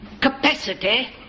capacity